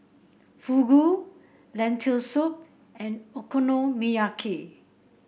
Fugu Lentil Soup and Okonomiyaki